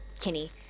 Kinney